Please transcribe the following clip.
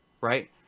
right